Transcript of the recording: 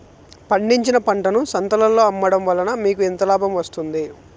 పండించిన పంటను సంతలలో అమ్మడం వలన మీకు ఎంత లాభం వస్తుంది?